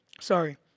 sorry